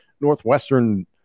Northwestern